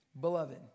Beloved